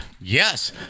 yes